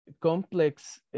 complex